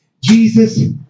Jesus